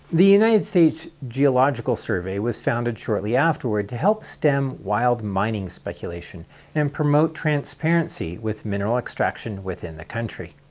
the united states geological survey was founded shortly afterward to help stem wild mining speculation and promote transparency with mineral extraction within the country.